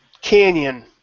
Canyon